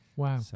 Wow